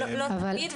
לא תמיד,